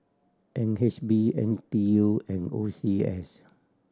N H B N T U and O C S